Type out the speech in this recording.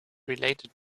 related